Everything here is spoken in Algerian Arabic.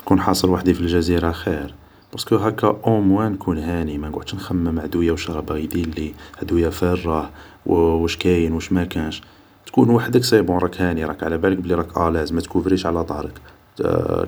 نكون حاصل وحدي في الجزير خير ، بارسكو هاكا اوموان نكون هاني مانقعدش نخمم عدويا شا راه باغي يديرلي ، عدويا فاين راه ، واش كاين واش مكانش ، تكون وحدك تكون هاني صيبون علابالك بلي راك الاز ما تكوفريش على ضهرك،